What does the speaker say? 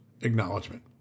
acknowledgement